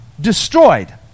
destroyed